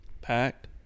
Packed